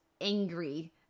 angry